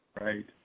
Right